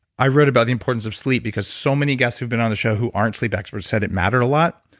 i wrote about the importance of sleep because so many guests who have been on the show who aren't sleep experts said it mattered a lot.